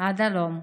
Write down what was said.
עד הלום.